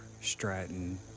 Stratton